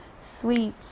sweet